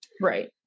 right